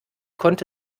konnte